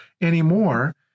anymore